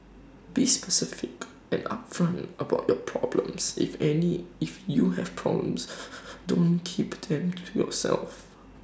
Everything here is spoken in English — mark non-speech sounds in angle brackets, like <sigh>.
be specific and upfront about your problems if any if you have problems <hesitation> don't keep them to yourself